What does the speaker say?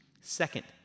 Second